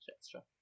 extra